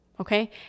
okay